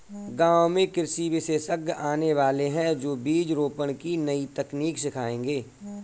गांव में कृषि विशेषज्ञ आने वाले है, जो बीज रोपण की नई तकनीक सिखाएंगे